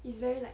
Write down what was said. it's very like